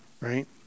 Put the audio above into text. right